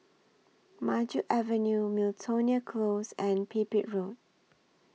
Maju Avenue Miltonia Close and Pipit Road